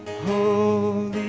holy